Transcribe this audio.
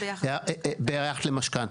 ביחס למשכנתא.